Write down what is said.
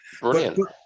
Brilliant